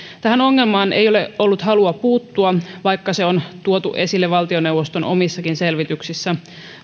tähän ongelmaan ei ole ollut halua puuttua vaikka se on tuotu esille valtioneuvoston omissakin selvityksissä